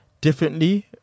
differently